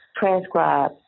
transcribe